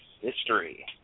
history